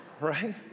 Right